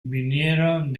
vinieron